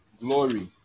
glory